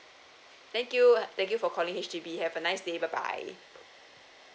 thank you thank you for calling H_D_B have a nice day bye bye